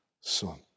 son